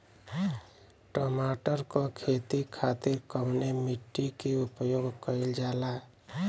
टमाटर क खेती खातिर कवने मिट्टी के उपयोग कइलजाला?